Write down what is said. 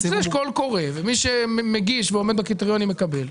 יש קול קורא ומי שמגיש ועומד בקריטריונים מקבל.